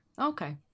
Okay